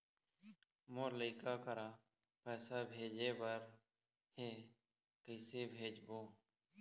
मोर लइका करा पैसा भेजें बर हे, कइसे भेजबो?